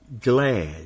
glad